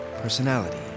Personality